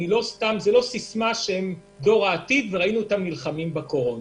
זו לא סתם סיסמא שהם דור העתיד וראינו אותם נלחמים בקורונה.